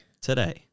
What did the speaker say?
today